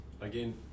again